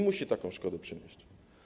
Musi taką szkodę przynieść.